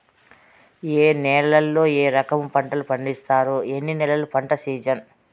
ఏ నేలల్లో ఏ రకము పంటలు పండిస్తారు, ఎన్ని నెలలు పంట సిజన్?